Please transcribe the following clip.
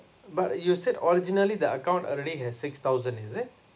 but you said originally the account already has six thousand is it